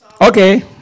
Okay